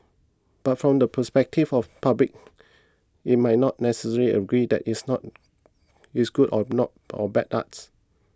but from the perspective of public it might not necessarily agree that it's not it's good or not or bad art